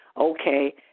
okay